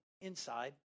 inside